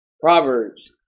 Proverbs